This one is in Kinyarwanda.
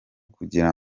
kugira